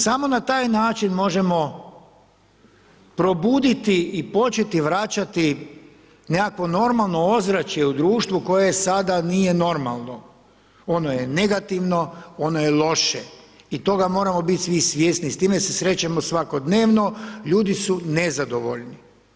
Samo na taj način možemo probuditi i početi vraćati nekakvo normalno ozračje u društvu koje sada nije normalno, ono je negativno, ono je loše i toga moramo biti svi svjesni, s time se srećemo svakodnevno, ljudi su nezadovoljni.